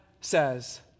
says